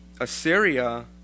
Assyria